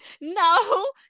No